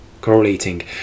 correlating